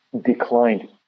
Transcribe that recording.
declined